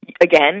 again